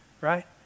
right